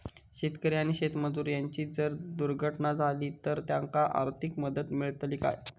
शेतकरी आणि शेतमजूर यांची जर दुर्घटना झाली तर त्यांका आर्थिक मदत मिळतली काय?